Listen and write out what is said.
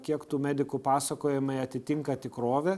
kiek tų medikų pasakojimai atitinka tikrovę